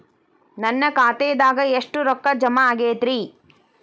ನನ್ನ ಖಾತೆದಾಗ ಎಷ್ಟ ರೊಕ್ಕಾ ಜಮಾ ಆಗೇದ್ರಿ?